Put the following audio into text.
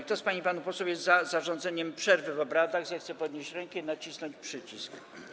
Kto z pań i panów posłów jest za zarządzeniem przerwy w obradach, zechce podnieść rękę i nacisnąć przycisk.